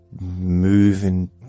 moving